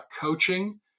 coaching